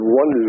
one